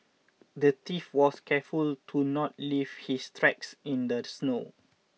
the thief was careful to not leave his tracks in the snow